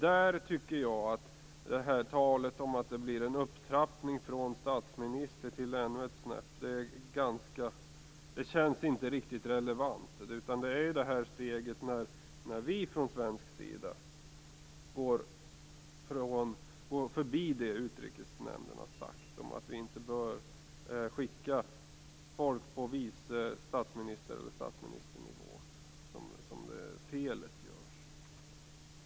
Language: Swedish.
Där tycker jag att talet om en upptrappning från statsminister ett snäpp uppåt inte känns relevant. Det är när man från svensk sida går förbi vad Utrikesnämnden har sagt om att vi inte bör skicka representanter på vice statsminister och statsministernivå som felet görs.